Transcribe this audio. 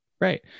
Right